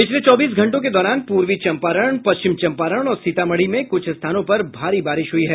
पिछले चौबीस घंटों के दौरान पूर्वी चंपारण पश्चिम चंपारण और सीतामढ़ी में कुछ स्थानों पर भारी बारिश हुई है